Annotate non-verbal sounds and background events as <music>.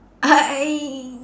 <noise> I